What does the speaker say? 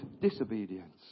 disobedience